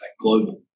global